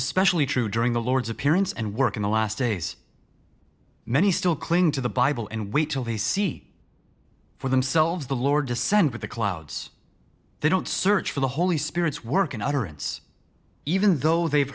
especially true during the lord's appearance and work in the last days many still cling to the bible and wait till they see for themselves the lord descend with the clouds they don't search for the holy spirit's work in utterance even though they've